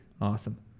Awesome